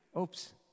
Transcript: Oops